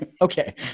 Okay